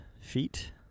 feet